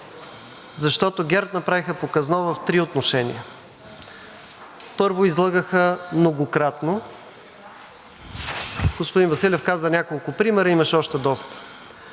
защото ГЕРБ направиха показно в три отношения. Първо, излъгаха многократно. Господин Василев каза няколко примера. Имаше още доста.